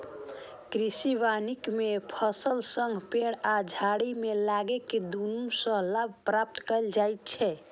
कृषि वानिकी मे फसलक संग पेड़ आ झाड़ी कें लगाके दुनू सं लाभ प्राप्त कैल जाइ छै